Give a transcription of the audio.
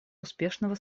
успешного